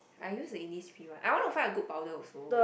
I use the Innisfree one I wanna find a good powder also